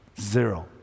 zero